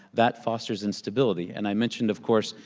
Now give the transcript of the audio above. that fosters instability. and i mentioned, of course,